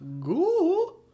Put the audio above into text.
Go